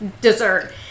dessert